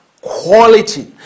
quality